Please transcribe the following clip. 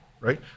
right